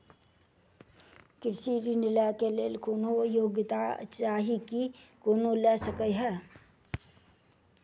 कृषि ऋण लय केँ लेल कोनों योग्यता चाहि की कोनो लय सकै है?